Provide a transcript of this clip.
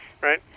right